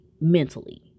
mentally